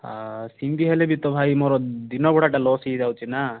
ସେମିତି ହେଲେ ବି ତ ଭାଇ ମୋର ଦିନ ଭଡ଼ାଟା ଲସ୍ ହୋଇଯାଉଛି ନା